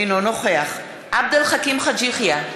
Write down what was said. אינו נוכח עבד אל חכים חאג' יחיא,